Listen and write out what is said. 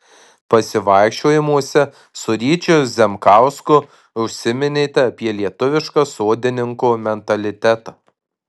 pasivaikščiojimuose su ryčiu zemkausku užsiminėte apie lietuvišką sodininko mentalitetą